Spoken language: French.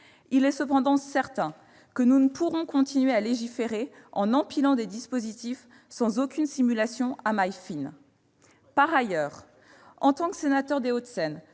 Il est cependant certain que nous ne pourrons continuer à légiférer en empilant des dispositifs sans aucune simulation à maille fine. C'est toujours le problème. Par ailleurs, en tant que sénateur des Hauts-de-Seine,